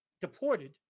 deported